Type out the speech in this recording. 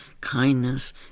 kindness